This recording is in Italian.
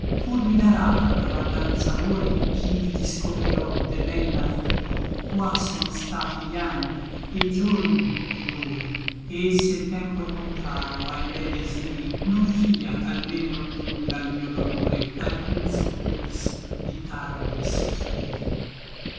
pur mi darà tanta baldanza amore ch'i vi discovrirò de mei martiri qua sono stati gli anni e i giorni et l'ore et se l tempo è contrario ai be desiri non fia ch'almen non giunga al mio dolore alcun soccorso di tardi sospiri